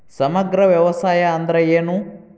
ಸಮಗ್ರ ವ್ಯವಸಾಯ ಅಂದ್ರ ಏನು?